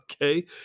okay